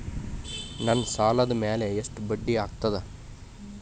ನನ್ನ ಸಾಲದ್ ಮ್ಯಾಲೆ ಎಷ್ಟ ಬಡ್ಡಿ ಆಗ್ತದ?